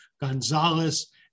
Gonzalez